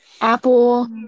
apple